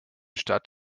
stadt